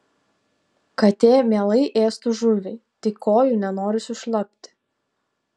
katė mielai ėstų žuvį tik kojų nenori sušlapti